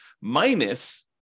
minus